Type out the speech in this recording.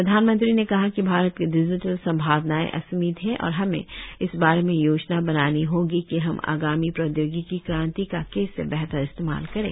प्रधानमंत्री ने कहा कि भारत की डिजिटल सम्भावनाएं असीमित हैं और हमें इस बारे में योजना बनानी होगी कि हम आगामी प्रौद्योगिकी क्रांति का कैसे बेहतर इस्तेमाल करें